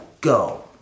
Go